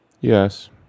Yes